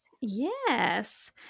Yes